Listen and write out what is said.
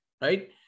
right